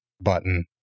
button